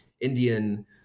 Indian